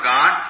God